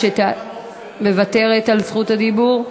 מוותרת על זכות הדיבור,